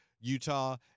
Utah